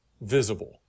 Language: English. visible